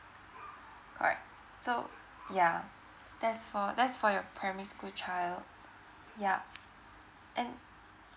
correct so yeah that's for that's for your primary school child yup and